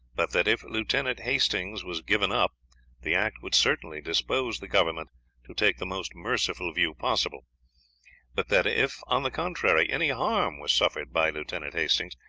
but that if lieutenant hastings was given up the act would certainly dispose the government to take the most merciful view possible but that if, on the contrary, any harm was suffered by lieutenant hastings,